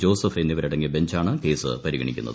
Joseph എന്നിവരടങ്ങിയ ബെഞ്ചാണ് case പരിഗണിക്കുന്നത്